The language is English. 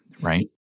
right